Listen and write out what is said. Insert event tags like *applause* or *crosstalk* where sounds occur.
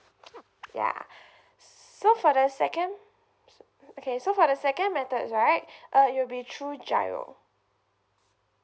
yeah *breath* so for the second okay so for the second methods right *breath* uh it'll be through giro